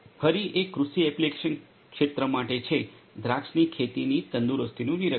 ફરી એક કૃષિ એપ્લિકેશન ક્ષેત્ર માટે છે દ્રાક્ષની ખેતીની તંદુરસ્તીનું નિરીક્ષણ